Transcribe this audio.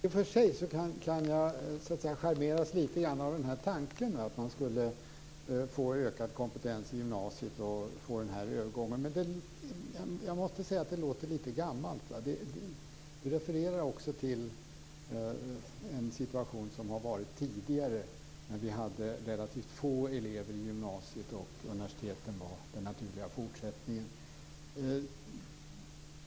Fru talman! I och för sig kan jag charmeras lite grann av tanken att man skulle få ökad kompetens i gymnasiet och underlätta den här övergången, men jag måste säga att det låter lite gammalt. Det refererar till en situation som vi hade tidigare, med relativt få elever i gymnasiet och då universitetet var den naturliga fortsättningen.